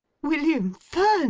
william fern